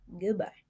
Goodbye